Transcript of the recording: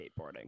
skateboarding